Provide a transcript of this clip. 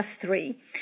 three